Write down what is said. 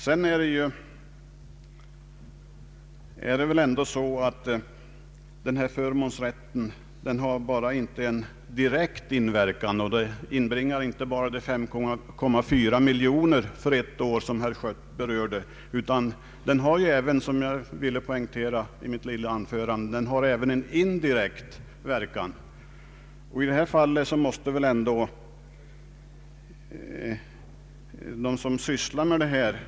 Sedan är det väl ändå så, att förmånsrätten inte bara har en direkt verkan och inbringar inte bara de 5,4 miljoner för ett år, som herr Schött berörde, utan den har även — som jag ville poängtera i mitt korta anförande — en indirekt verkan. I detta fall måste man väl ändå fästa vikt vid vad de som sysslar med dessa frågor anser.